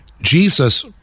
Jesus